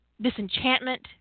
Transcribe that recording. disenchantment